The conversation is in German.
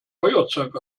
feuerzeug